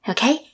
Okay